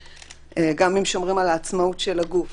גם אם שומרים על העצמאות של הגוף.